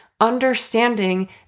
understanding